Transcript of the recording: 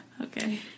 Okay